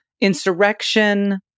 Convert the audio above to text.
insurrection